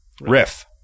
Riff